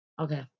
okay